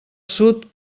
sud